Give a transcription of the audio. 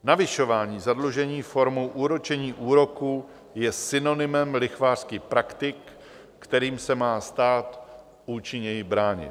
Navyšování zadlužení formou úročení úroků je synonymem lichvářských praktik, kterým se má stát účinněji bránit.